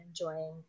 enjoying